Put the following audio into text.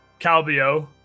Calbio